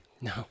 No